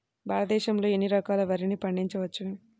భారతదేశంలో ఎన్ని రకాల వరిని పండించవచ్చు